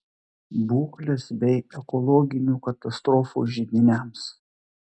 būklės bei ekologinių katastrofų židiniams